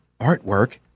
artwork